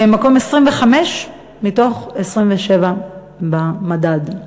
מקום 25 מתוך 27 במדד.